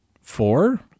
four